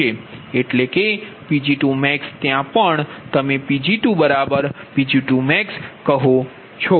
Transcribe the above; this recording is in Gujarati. એટલે કે Pg2max ત્યાં પણ તમે Pg2Pg2max કહો છો